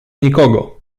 nikogo